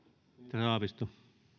ministeri haavisto